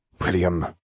William